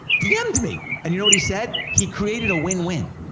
dm'ed me! and you know what he said? he created a win-win.